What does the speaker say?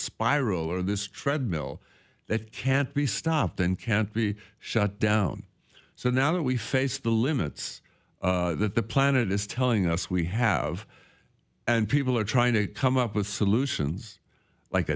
spiral or this treadmill that can't be stopped and can't be shut down so now that we face the limits that the planet is telling us we have and people are trying to come up with solutions like